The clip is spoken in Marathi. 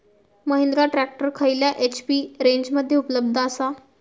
महिंद्रा ट्रॅक्टर खयल्या एच.पी रेंजमध्ये उपलब्ध आसा?